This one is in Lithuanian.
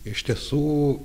iš tiesų